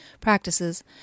practices